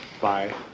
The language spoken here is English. Bye